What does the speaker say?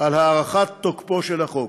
על הארכת תוקפו של החוק.